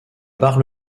bar